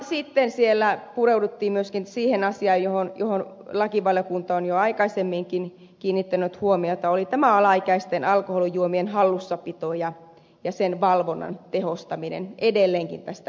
sitten siellä pureuduttiin myöskin siihen asiaan johon lakivaliokunta on jo aikaisemminkin kiinnittänyt huomiota ja se oli tämä alaikäisten alkoholijuomien hallussapito ja sen valvonnan tehostaminen edelleenkin tästä eteenpäin